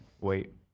Wait